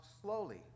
slowly